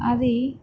అది